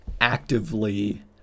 actively